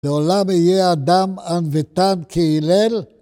לעולם יהיה אדם ענוותן כהלל